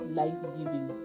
life-giving